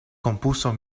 compuso